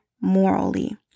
morally